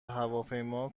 هواپیما